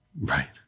right